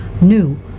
new